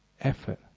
effort